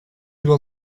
will